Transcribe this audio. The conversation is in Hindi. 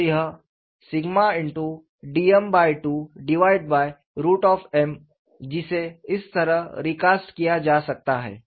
तो यह dm2m जिसे इस तरह रिकास्ट किया जा सकता है